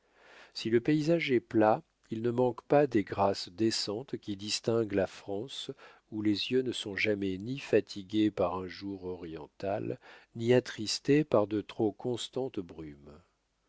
si le paysage est plat il ne manque pas des grâces décentes qui distinguent la france où les yeux ne sont jamais ni fatigués par un jour oriental ni attristés par de trop constantes brumes